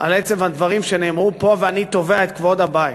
על עצם הדברים שנאמרו פה, ואני תובע את כבוד הבית.